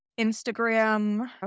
Instagram